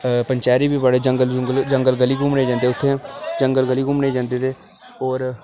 पंचैरी बड़े उत्थै जंगल गली घूमने गी जंदे ते होर